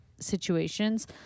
situations